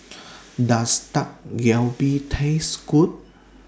Does Dak Galbi Taste Good